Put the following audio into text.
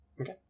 Okay